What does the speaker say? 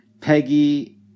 Peggy